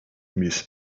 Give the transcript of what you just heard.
miss